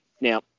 now